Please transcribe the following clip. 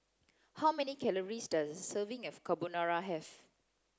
how many calories does a serving of Carbonara have